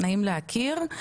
נעים להכיר.